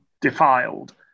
defiled